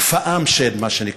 כפאם שד, מה שנקרא,